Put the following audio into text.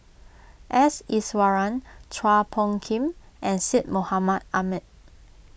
S Iswaran Chua Phung Kim and Syed Mohamed Ahmed